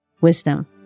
wisdom